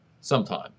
sometime